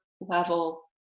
level